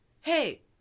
Hey